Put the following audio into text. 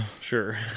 Sure